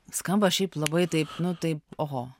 skamba šiaip labai taip nu taip oho